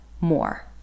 more